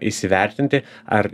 įsivertinti ar